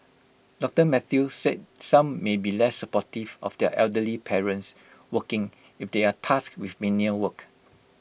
doctor Mathew said some may be less supportive of their elderly parents working if they are tasked with menial work